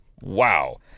wow